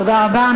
תודה רבה.